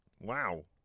Wow